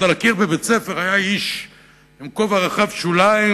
על הקיר בבית-הספר עוד היה איש עם כובע רחב שוליים,